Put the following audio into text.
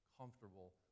comfortable